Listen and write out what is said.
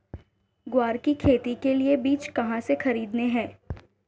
ग्वार की खेती के लिए बीज कहाँ से खरीदने हैं?